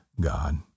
God